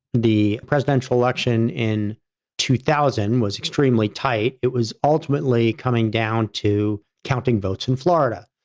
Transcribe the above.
the presidential election in two thousand was extremely tight, it was ultimately coming down to counting votes in florida.